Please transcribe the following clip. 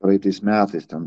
praeitais metais tam